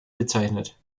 bezeichnet